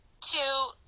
two